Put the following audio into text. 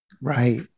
Right